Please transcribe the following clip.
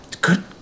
good